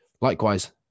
Likewise